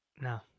no